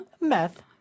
Meth